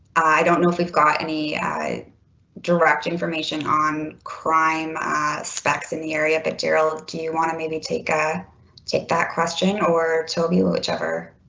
i don't know if we've got any direct information on crime specs in the area, but gerald, do you want to maybe take a take that question or to be whichever?